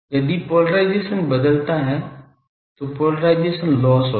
यदि पोलराइज़शन बदलता है तो पोलराइज़शन लॉस होगा